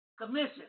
commission